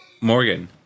Morgan